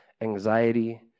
anxiety